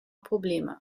probleme